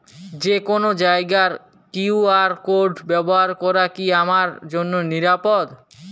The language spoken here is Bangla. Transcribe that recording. যে কোনো জায়গার কিউ.আর কোড ব্যবহার করা কি আমার জন্য নিরাপদ?